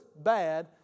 bad